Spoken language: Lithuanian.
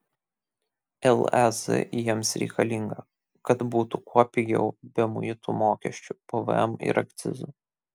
lez jiems reikalinga kad būtų kuo pigiau be muitų mokesčių pvm ir akcizų